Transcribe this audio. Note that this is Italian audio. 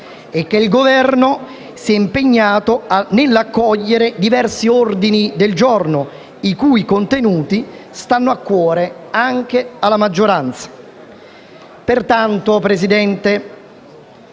e che il Governo si è impegnato ad accogliere diversi ordini del giorno i cui contenuti stanno a cuore anche alla maggioranza.